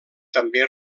també